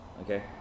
Okay